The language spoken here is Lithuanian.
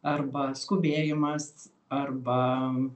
arba skubėjimas arba